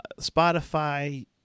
Spotify